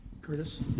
Curtis